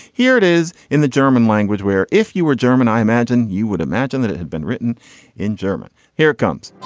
here it is in the german language where if you were german i imagine you would imagine that it had been written in german. here comes